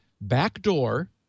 backdoor